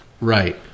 Right